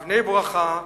אבני ברכה,